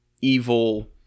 evil